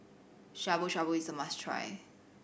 Shabu Shabu is a must try